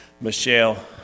Michelle